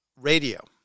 radio